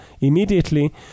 immediately